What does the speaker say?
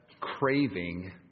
craving